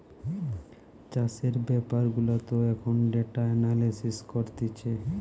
চাষের বেপার গুলাতেও এখন ডেটা এনালিসিস করতিছে